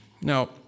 Now